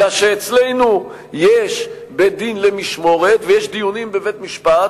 אלא שאצלנו יש בית-דין למשמורת ויש דיונים בבית-משפט,